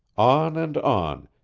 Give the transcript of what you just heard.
on and on,